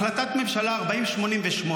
החלטת ממשלה 4088,